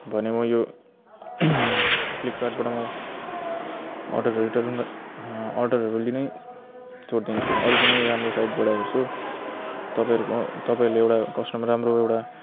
भने म यो फ्लिपकार्टबाट म अर्डरहरू रिटर्न अर्डरहरू लिनै छोडिदिन्छु अरू कुनै राम्रो साइटबाट हेर्छु तपाईँहरूको तपाईँहरूले एउटा कस्टमर राम्रो एउटा